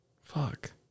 Fuck